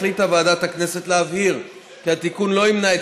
החליטה ועדת הכנסת להבהיר כי התיקון לא ימנע את